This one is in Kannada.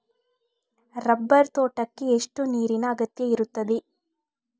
ರಬ್ಬರ್ ತೋಟಕ್ಕೆ ಎಷ್ಟು ನೀರಿನ ಅಗತ್ಯ ಇರುತ್ತದೆ?